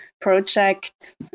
project